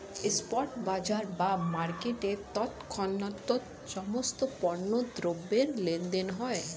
spot বাজার বা মার্কেটে তৎক্ষণাৎ সমস্ত পণ্য দ্রব্যের লেনদেন হয়